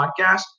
podcast